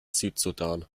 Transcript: südsudan